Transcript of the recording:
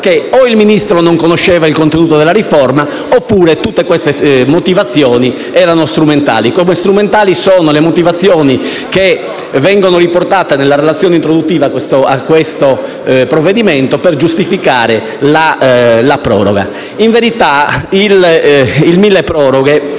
cose: o il Ministro non conosceva il contenuto della riforma oppure tutte queste motivazioni erano strumentali. Come strumentali sono le motivazioni che vengono riportate nella relazione introduttiva a questo provvedimento per giustificare la proroga. In verità, il decreto milleproroghe,